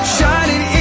Shining